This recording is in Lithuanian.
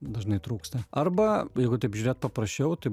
dažnai trūksta arba jeigu taip žiūrėt paprasčiau tai